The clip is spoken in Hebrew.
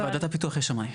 ועדת הפיתוח יש שמאי.